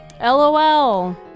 LOL